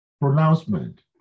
pronouncement